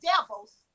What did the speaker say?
devils